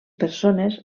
persones